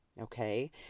okay